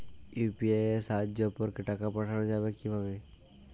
UPI এর সাহায্যে অপরকে টাকা পাঠানো যাবে কিভাবে?